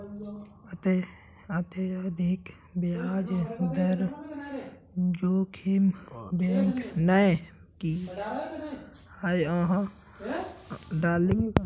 अत्यधिक ब्याज दर जोखिम बैंक की आय और पूंजी के लिए खतरा पैदा करता है